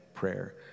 prayer